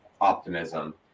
Optimism